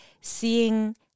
seeing